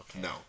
No